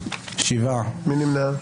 מי נמנע?